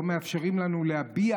לא מאפשרים לנו להביע